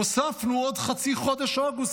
הוספנו עוד חצי חודש אוגוסט,